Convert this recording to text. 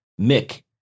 mick